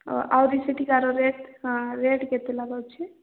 ଆହୁରି ସେଠିକାର rate rate କେତେ ଲଗଉଛି